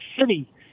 city